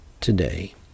today